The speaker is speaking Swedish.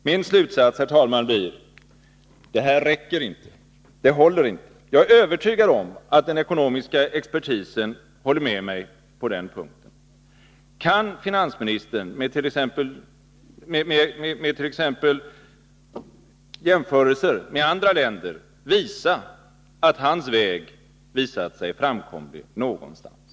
Min slutsats, herr talman, blir: Det här räcker inte. Det håller inte. Jag är övertygad om att den ekonomiska expertisen håller med mig på den punkten. Kan finansministern, t.ex. utifrån jämförelser med andra länder, peka på att hans väg någonstans visar sig vara framkomlig?